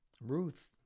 Ruth